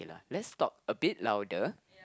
let's talk a bit louder